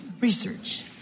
Research